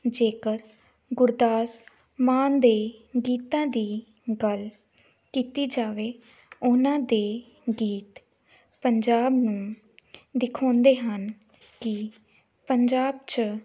ਜੇਕਰ ਗੁਰਦਾਸ ਮਾਨ ਦੇ ਗੀਤਾਂ ਦੀ ਗੱਲ ਕੀਤੀ ਜਾਵੇ ਉਹਨਾਂ ਦੇ ਗੀਤ ਪੰਜਾਬ ਨੂੰ ਦਿਖਾਉਂਦੇ ਹਨ ਕਿ ਪੰਜਾਬ 'ਚ